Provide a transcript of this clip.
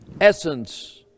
essence